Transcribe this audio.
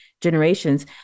generations